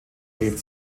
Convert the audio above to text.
lebt